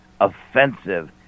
offensive